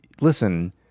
listen